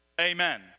Amen